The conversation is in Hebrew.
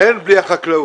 אין בלי החקלאות.